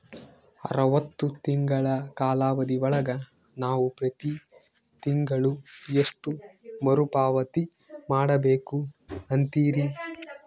ಅರವತ್ತು ತಿಂಗಳ ಕಾಲಾವಧಿ ಒಳಗ ನಾವು ಪ್ರತಿ ತಿಂಗಳು ಎಷ್ಟು ಮರುಪಾವತಿ ಮಾಡಬೇಕು ಅಂತೇರಿ?